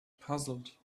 puzzled